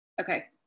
Okay